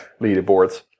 leaderboards